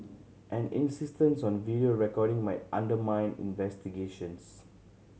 an insistence on video recording might undermine investigations